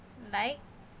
like